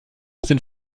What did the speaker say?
sind